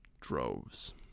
droves